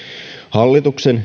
hallituksen